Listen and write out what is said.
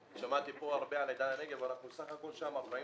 שמעתי כאן על עידן הנגב אבל אנחנו בסך הכול שם 44